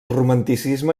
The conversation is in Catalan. romanticisme